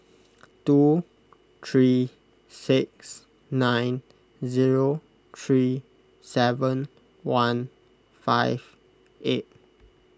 two three six nine zero three seven one five eight